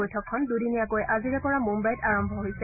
বৈঠকখন দুদিনীয়াকৈ আজিৰে পৰা মুম্বাইত আৰম্ভ হৈছে